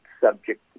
subject